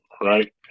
right